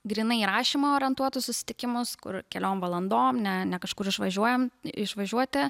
grynai į rašymą orientuotus susitikimus kur keliom valandom ne ne kažkur išvažiuojam išvažiuoti